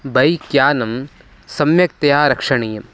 बैक्यानं सम्यक्तया रक्षणीयम्